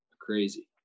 Crazy